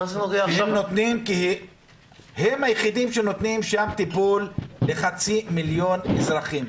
הם היחידים שנותנים שם טיפול לחצי מיליון אזרחים.